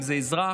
אם זה אזרח.